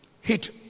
hit